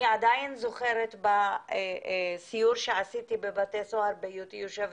אני עדיין זוכרת בסיור שעשיתי בבתי סוהר בהיותי יושבת